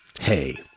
hey